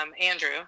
Andrew